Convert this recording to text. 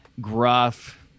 gruff